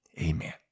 Amen